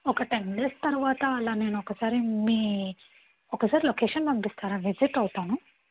ఒక ten days తరువాత అలా నేను ఒకసారి మీ ఒకసారి లొకేషన్ పంపిస్తారా విజిట్ అవుతాను